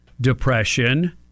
depression